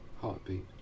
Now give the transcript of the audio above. heartbeat